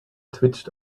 twitched